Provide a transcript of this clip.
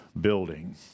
building